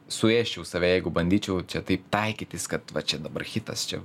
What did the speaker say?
suėsčiau save jeigu bandyčiau čia taip taikytis kad va čia dabar hitas čia